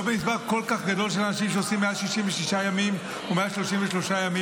במספר לא כל כך גדול של אנשים שעושים מעל 66 ימים ומעל 33 ימים,